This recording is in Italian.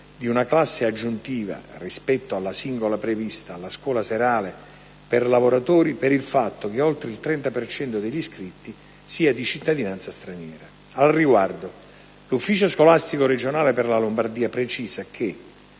di una classe aggiuntiva, rispetto alla singola prevista, alla scuola serale per lavoratori per il fatto che oltre il 30 per cento degli iscritti sia di cittadinanza straniera. Al riguardo l'ufficio scolastico regionale per la Lombardia precisa che,